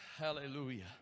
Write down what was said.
Hallelujah